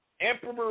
Emperor